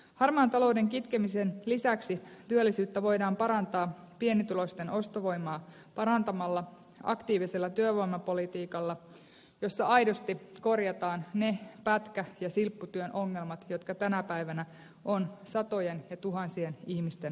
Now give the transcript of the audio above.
harmaan talouden kitkemisen lisäksi työllisyyttä voidaan parantaa parantamalla pienituloisten ostovoimaa aktiivisella työvoimapolitiikalla jossa aidosti korjataan ne pätkä ja silpputyön ongelmat jotka tänä päivänä ovat satojen ja tuhansien ihmisten arkipäivää